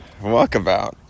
walkabout